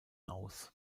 aus